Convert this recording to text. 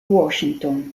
washington